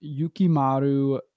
Yukimaru